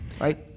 right